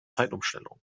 zeitumstellung